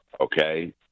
Okay